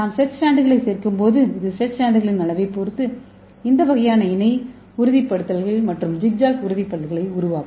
நாம் செட் ஸ்ட்ராண்ட்களைச் சேர்க்கும்போது இது செட் ஸ்ட்ராண்ட்களின் அளவைப் பொறுத்து இந்த வகையான இணை உறுதிப்படுத்தல்கள் மற்றும் ஜிக்ஜாக் உறுதிப்படுத்தல்களை உருவாக்கும்